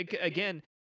again